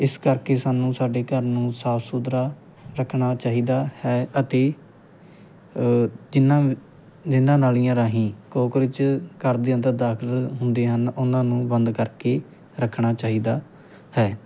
ਇਸ ਕਰਕੇ ਸਾਨੂੰ ਸਾਡੇ ਘਰ ਨੂੰ ਸਾਫ ਸੁਥਰਾ ਰੱਖਣਾ ਚਾਹੀਦਾ ਹੈ ਅਤੇ ਇਹਨਾਂ ਜਿਹਨਾਂ ਨਾਲੀਆਂ ਰਾਹੀਂ ਕੋਕਰੋਚ ਘਰ ਦੇ ਅੰਦਰ ਦਾਖਲ ਹੁੰਦੇ ਹਨ ਉਹਨਾਂ ਨੂੰ ਬੰਦ ਕਰਕੇ ਰੱਖਣਾ ਚਾਹੀਦਾ ਹੈ